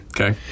Okay